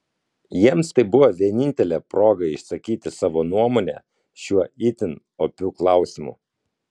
jiems tai buvo vienintelė proga išsakyti savo nuomonę šiuo itin opiu klausimu